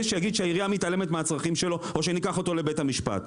שיגיד שהעירייה מתעלמת מהצרכים שלו או שניקח אותו לבית המשפט.